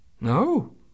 No